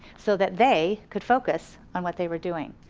so that they could focus on what they were doing.